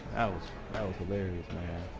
that was hilarious man. ah